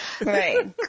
Right